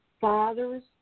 fathers